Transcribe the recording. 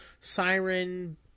Siren